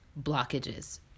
blockages